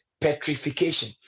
petrification